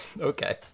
Okay